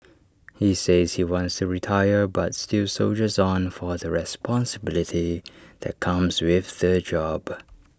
he says he wants to retire but still soldiers on for the responsibility that comes with the job